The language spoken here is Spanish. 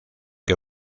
que